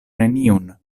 neniun